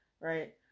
right